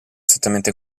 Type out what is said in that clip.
strettamente